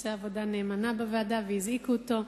שעושה עבודה נאמנה בוועדה, והזעיקו אותו.